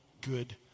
good